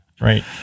Right